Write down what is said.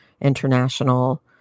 international